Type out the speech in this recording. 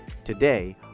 Today